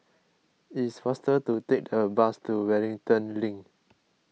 it is faster to take a bus to Wellington Link